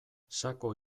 sako